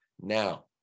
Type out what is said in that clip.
Now